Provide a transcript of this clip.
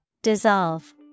Dissolve